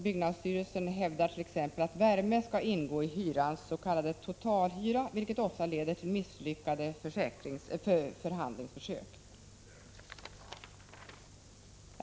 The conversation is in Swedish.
Byggnadsstyrelsen hävdar exempelvis att värme skall ingå i hyrans s.k. totalhyra, vilket ofta leder till misslyckade förhandlingsförsök.